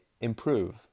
improve